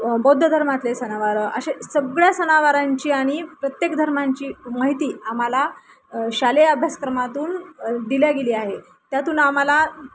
बौद्ध धर्मातले सणवार असे सगळ्या सणावारांची आणि प्रत्येक धर्मांची माहिती आम्हाला शालेय अभ्यासक्रमातून दिली गेली आहे त्यातून आम्हाला